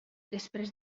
després